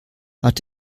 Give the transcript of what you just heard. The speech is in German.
hat